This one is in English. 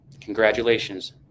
Congratulations